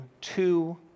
two